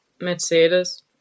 Mercedes